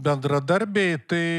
bendradarbiai tai